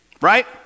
Right